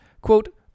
Quote